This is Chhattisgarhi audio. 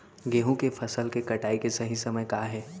गेहूँ के फसल के कटाई के सही समय का हे?